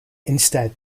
instead